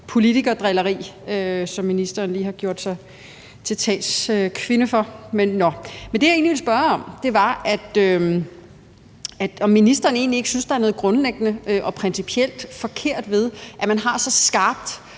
politikerdrillerier, som ministeren lige har gjort sig til talskvinde for. Det, jeg egentlig ville spørge om, var, om ministeren egentlig ikke synes, der er noget grundlæggende og principielt forkert ved, at man har så skarpt